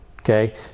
okay